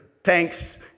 tanks